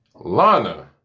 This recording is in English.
Lana